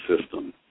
system